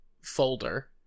folder